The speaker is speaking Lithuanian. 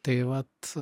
tai vat